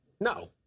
no